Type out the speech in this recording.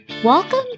Welcome